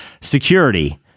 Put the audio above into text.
security